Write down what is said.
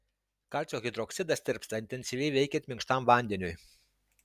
kalcio hidroksidas tirpsta intensyviai veikiant minkštam vandeniui